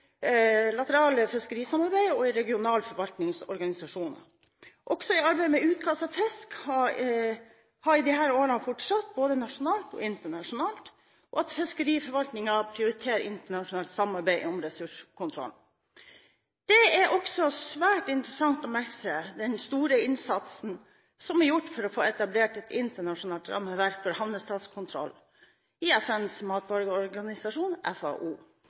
fiskerisamarbeid og i regionale forvaltningsorganisasjoner. Også arbeidet med utkast av fisk har i disse årene fortsatt, både nasjonalt og internasjonalt, og fiskeriforvaltningen prioriterer internasjonalt samarbeid om ressurskontroll. Det er også svært interessant å merke seg den store innsatsen som er gjort for å få etablert et internasjonalt rammeverk for havnestatskontroll, og FNs matvareorganisasjon, FAO,